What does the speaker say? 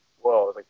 Whoa